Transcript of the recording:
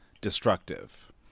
destructive